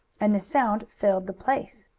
and the sound filled the place.